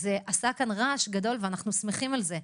זה עשה כאן רעש גדול ואנחנו שמחים על כך.